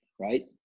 right